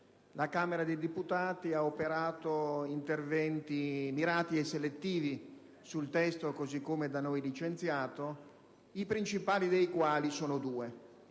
La Camera dei deputati ha operato interventi mirati e selettivi sul testo così come da noi licenziato, i principali dei quali sono due.